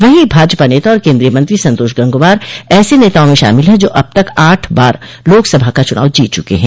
वहीं भाजपा नेता और केन्द्रीय मंत्री संतोष गंगवार ऐसे नेताओं में शामिल है जो अब तक आठ बार लोकसभा का चुनाव जीत चुके हैं